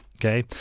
okay